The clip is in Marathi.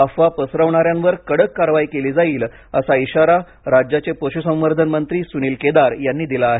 अफवा पसरवणाऱ्यांवर कडक कारवाई केली जाईल असा इशारा राज्याचे पशु संवर्धन मंत्री सुनील केदार यांनी दिला आहे